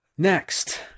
Next